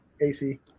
AC